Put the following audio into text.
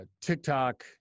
TikTok